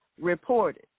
reported